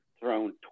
thrown